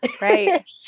Right